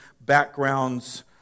backgrounds